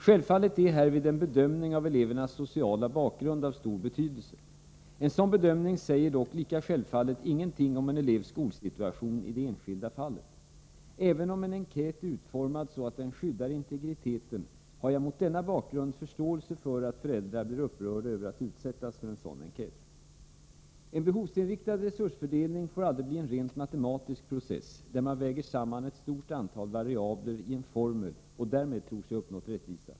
Självfallet är härvid en bedömning av elevernas sociala bakgrund av stor betydelse. En sådan bedömning säger dock, lika självfallet, ingenting om en elevs skolsituation i det enskilda fallet. Även om en enkät är utformad så att den skyddar integriteten har jag mot denna bakgrund förståelse för att föräldrar blir upprörda över att utsättas för en sådan enkät. En behovsinriktad resursfördelning får aldrig bli en rent matematisk process, där man väger samman ett stort antal variabler i en formel och därmed tror sig ha uppnått ”rättvisa”.